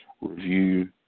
Review